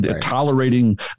tolerating